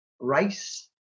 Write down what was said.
Rice